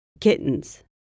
kittens